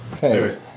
Hey